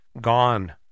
gone